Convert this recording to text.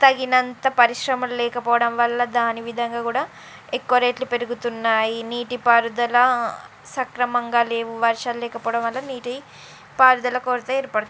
తగినంత పరిశ్రమలు లేకపోవడం వల్ల దాని విధంగా కూడా ఎక్కువ రేట్లు పెరుగుతున్నాయి నీటి పారుదల సక్రమంగా లేవు వర్షం లేకపోవడం వల్ల నీటి పారుదల కొరత ఏర్పడుతూ